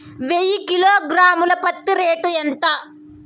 వెయ్యి కిలోగ్రాము ల పత్తి రేటు ఎంత?